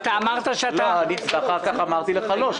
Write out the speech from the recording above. אמרת שאתה --- אחר כך אמרתי לך לא,